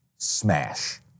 Smash